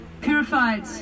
purified